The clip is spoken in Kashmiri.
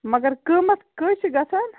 مگر کۭمَتھ کٔہۍ چھُ گژھان